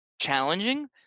challenging